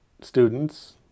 students